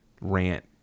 rant